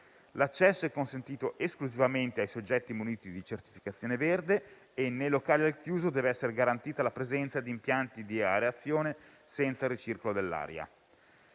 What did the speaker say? L'accesso è consentito esclusivamente ai soggetti muniti di certificazione verde e nei locali al chiuso deve essere garantita la presenza di impianti di areazione senza ricircolo dell'aria.